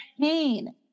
pain